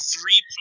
three